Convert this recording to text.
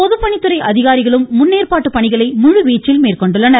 பொதுப்பணித்துறை அதிகாரிகளும் முன்னேற்பாட்டு பணிகளில் முழுவீச்சில் மேற்கொண்டுள்ளனர்